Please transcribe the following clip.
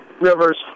Rivers